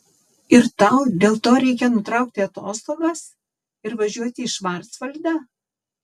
ir tau dėl to reikia nutraukti atostogas ir važiuoti į švarcvaldą